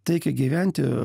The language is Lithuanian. taikiai gyventi